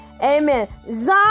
Amen